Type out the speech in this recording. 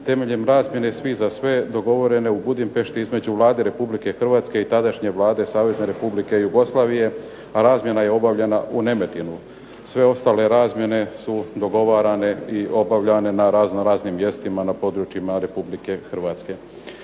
Temeljem razmjene svih za sve dogovorene u Budimpešti između Vlade Republike Hrvatske i tadašnje Vlade Savezne Republike Jugoslavije, a razmjena je izvršena u Nemetinu. Sve ostale razmjene su dogovarane i obavljane na razno raznim mjestima na području Republike Hrvatske.